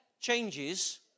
changes